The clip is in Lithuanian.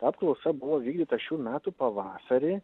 ta apklausa buvo vykdyta šių metų pavasarį